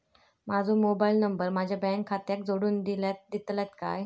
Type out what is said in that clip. माजो mobile number माझ्या bank खात्याक जोडून दितल्यात काय?